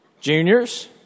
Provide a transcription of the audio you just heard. Juniors